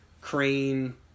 crane